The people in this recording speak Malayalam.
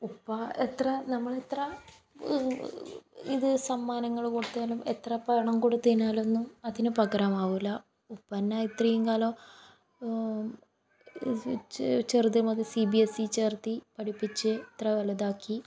ഉപ്പ എത്ര നമ്മളെത്ര ഇതു സമ്മാനങ്ങൾ കൊടുത്താലും എത്ര പണം കൊടുത്തു കഴിഞ്ഞാലൊന്നും അതിനു പകരമാവൂല ഉപ്പ എന്ന ഇത്രയും കാലം ചെറുത് മുതൽ സി ബി എ സി ചേർത്ത് പഠിപ്പിച്ച് ഇത്ര വലുതാക്കി